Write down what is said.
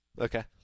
Okay